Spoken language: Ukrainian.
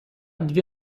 дві